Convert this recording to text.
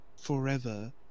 forever